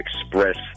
express